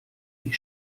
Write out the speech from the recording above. die